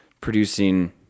producing